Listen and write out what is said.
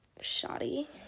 shoddy